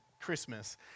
Christmas